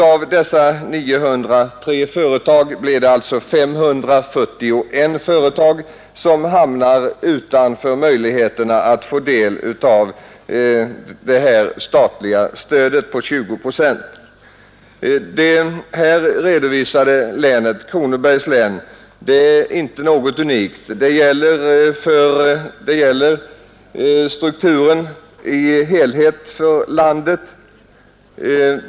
Av dessa 903 företag hamnar alltså 541 utanför möjligheterna att få del av det statliga stödet på 20 procent. Det här redovisade länet, Kronobergs län, är inte unikt; samma företagsstruktur gäller för landet som helhet.